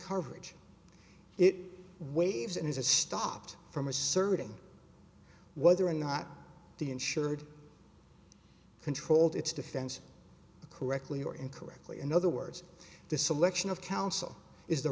coverage it waves and has stopped from asserting whether or not the insured controlled its defense correctly or incorrectly in other words the selection of counsel is the